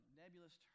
nebulous